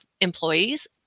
employees